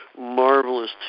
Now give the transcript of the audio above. marvelous